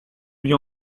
lieu